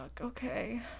Okay